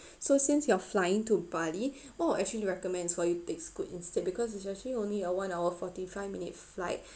so since you are flying to bali what will actually recommend for you to take Scoot instead because it's actually only a one hour forty-five minutes flight